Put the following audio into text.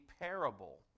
parable